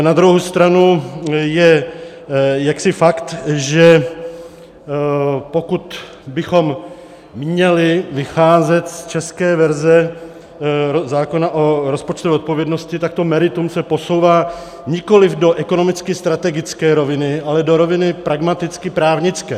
Na druhou stranu je jaksi fakt, že pokud bychom měli vycházet z české verze zákona o rozpočtové odpovědnosti, tak to meritum se posouvá nikoliv do ekonomicky strategické roviny, ale do roviny pragmaticky právnické.